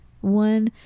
one